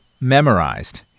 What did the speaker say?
memorized